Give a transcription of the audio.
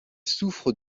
souffre